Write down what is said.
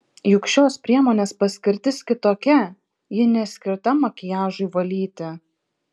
juk šios priemonės paskirtis kitokia ji neskirta makiažui valyti